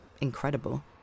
incredible